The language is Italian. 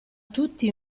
tutti